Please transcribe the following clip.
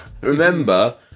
remember